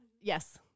Yes